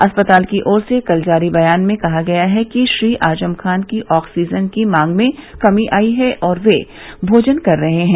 अस्पताल की ओर से कल जारी बयान में कहा गया कि श्री आजम खान की ऑक्सीजन की मांग में कमी आयी है और वे भोजन कर रहे हैं